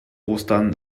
ostern